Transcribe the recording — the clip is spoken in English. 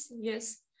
yes